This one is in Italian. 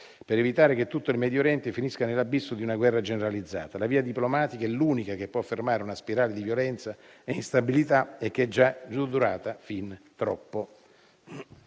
Per evitare che tutto il Medio Oriente finisca nell'abisso di una guerra generalizzata, la via diplomatica è l'unica che può fermare una spirale di violenza e instabilità che è già durata fin troppo.